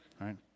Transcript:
right